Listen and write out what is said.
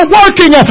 working